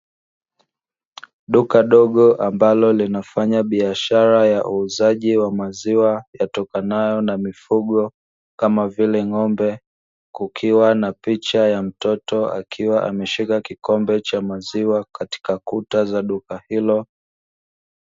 Duka dogo ambalo linafanya biashara ya uuzaji wa maziwa yatokanayo na mifugo kama vile ng'ombe, kukiwa na picha ya mtoto akiwa ameshika kikombe cha maziwa katika kuta za duka hilo.